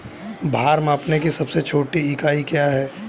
भार मापने की सबसे छोटी इकाई क्या है?